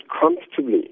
comfortably